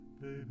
baby